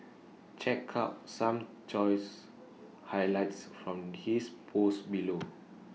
check out some choice highlights from his post below